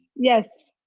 yes.